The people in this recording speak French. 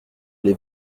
les